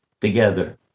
together